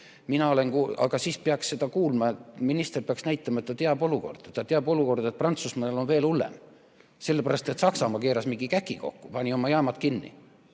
ongi vastus ei, aga siis peaks seda kuulma. Minister peaks näitama, et ta teab olukorda – ta teab, et Prantsusmaal on veel hullem, sellepärast et Saksamaa keeras mingi käki kokku, pani oma jaamad kinni,